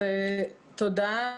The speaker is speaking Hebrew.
תודה.